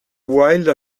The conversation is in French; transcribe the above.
wilde